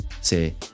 say